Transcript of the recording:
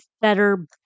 Better